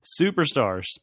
superstars